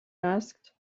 asked